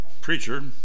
preacher